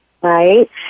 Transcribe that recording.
right